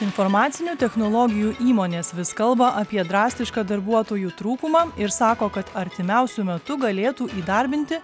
informacinių technologijų įmonės vis kalba apie drastišką darbuotojų trūkumą ir sako kad artimiausiu metu galėtų įdarbinti